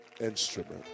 instrument